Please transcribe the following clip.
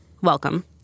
welcome